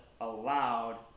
allowed